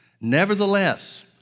Nevertheless